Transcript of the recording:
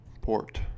Port